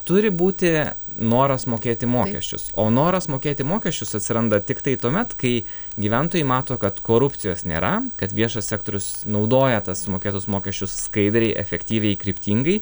turi būti noras mokėti mokesčius o noras mokėti mokesčius atsiranda tiktai tuomet kai gyventojai mato kad korupcijos nėra kad viešas sektorius naudoja tą sumokėtus mokesčius skaidriai efektyviai kryptingai